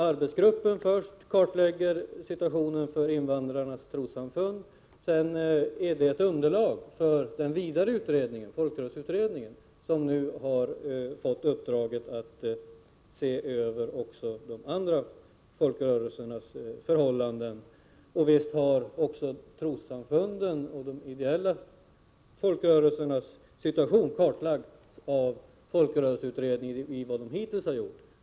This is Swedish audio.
Arbetsgruppen kartlägger först situationen för invandrarnas trossamfund, varigenom man får fram ett underlag för den vidare utredningen, folkrörelseutredningen, som nu har fått i uppdrag att se över också de andra folkrörelsernas förhållanden. Visst har också trossamfunden och de övriga ideella folkrörelsernas situation kartlagts genom folkrörelseutredningens hittillsvarande arbete.